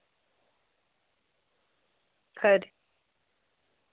खरी